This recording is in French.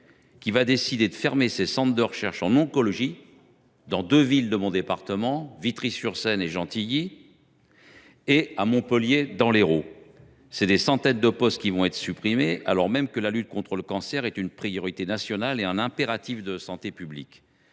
pourtant décide de fermer ses centres de recherche en oncologie dans deux villes de mon département, Vitry sur Seine et Gentilly, ainsi que dans l’Hérault, à Montpellier. Des centaines de postes seront supprimés alors même que la lutte contre le cancer est une priorité nationale et un impératif de santé publique.